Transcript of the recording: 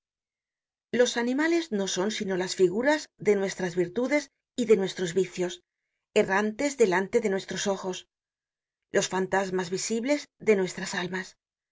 los animales no son sino las figuras de nuestras virtudes y de nuestros vicios errantes delante de nuestros ojos los fantasmas visibles de nuestras almas